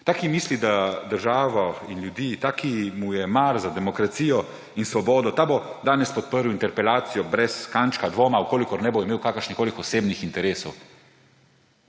Ta, ki misli, da državo in ljudi, ta, ki mu je mar za demokracijo in svobodo, ta bo danes podprl interpelacijo brez kančka dvoma, če ne bo imel kakršnihkoli osebnih interesov.